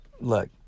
look